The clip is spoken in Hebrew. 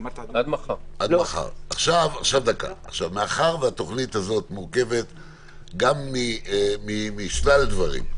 מאחר והתוכנית הזאת מורכבת משלל דברים,